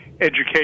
education